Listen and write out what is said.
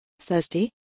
Thirsty